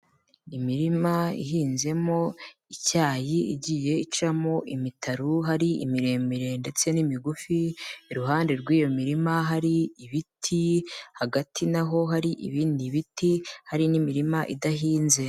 Imirima ihinzemo icyayi igiye icamo imitaru, hari imiremire ndetse n'imigufi, iruhande rw'iyo mirima hari ibiti, hagati naho hari ibindi biti, hari n'imirima idahinze.